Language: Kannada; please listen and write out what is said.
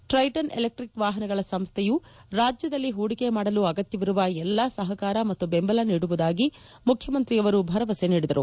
ಟ್ರೈಟನ್ ಎಲೆಕ್ಸಿಕ್ ವಾಹನಗಳ ಸಂಸ್ವೆಯು ರಾಜ್ಯದಲ್ಲಿ ಹೂಡಿಕೆ ಮಾಡಲು ಅಗತ್ಯವಿರುವ ಎಲ್ಲಾ ಸಹಕಾರ ಮತ್ತು ಬೆಂಬಲ ನೀಡುವುದಾಗಿ ಮುಖ್ಯಮಂತ್ರಿಯವರು ಭರವಸೆ ನೀಡಿದರು